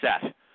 Set